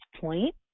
point